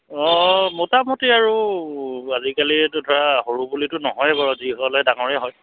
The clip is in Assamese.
অঁ মোটামুটি আৰু আজিকালিতো ধৰা সৰু বুলিতো নহয় বাৰু যি হ'লে ডাঙৰে হয়